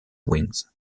wings